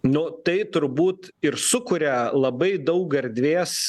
nu tai turbūt ir sukuria labai daug erdvės